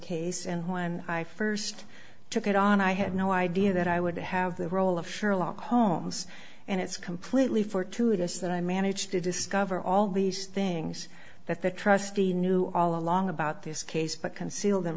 case and when i first took it on i had no idea that i would have the role of sherlock holmes and it's completely fortuitous that i managed to discover all these things that the trustee knew all along about this case but conceal